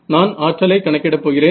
நான் ஆற்றலை கணக்கிட போகிறேன்